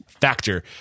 factor